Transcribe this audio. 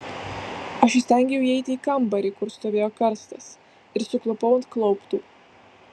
aš įstengiau įeiti į kambarį kur stovėjo karstas ir suklupau ant klauptų